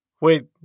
Wait